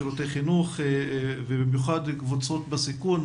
שירותי חינוך ובמיוחד קבוצות בסיכון,